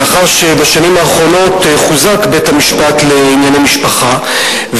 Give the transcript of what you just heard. לאחר שבשנים האחרונות חוזק בית-המשפט לענייני משפחה,